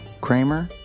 Kramer